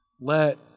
Let